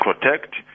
protect